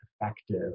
effective